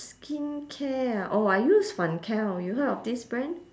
skincare ah orh I use fancl you heard of this brand